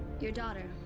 your daughter.